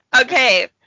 Okay